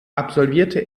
absolvierte